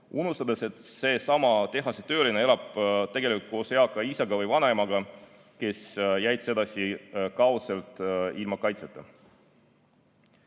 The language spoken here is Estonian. unustades, et seesama tehasetööline elab tegelikult koos eaka isa või vanaemaga, kes jäid sedasi kaudselt ilma kaitseta.